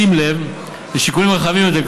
בשים לב לשיקולים רחבים יותר.